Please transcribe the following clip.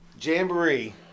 Jamboree